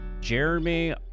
jeremy